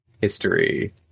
History